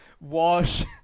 wash